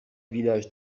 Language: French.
village